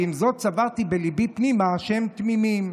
ועם זאת סברתי בליבי פנימה שהם תמימים.